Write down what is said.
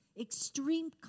extreme